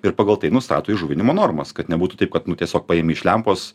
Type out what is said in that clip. ir pagal tai nustato įžuvinimo normas kad nebūtų taip kad nu tiesiog paimi iš lempos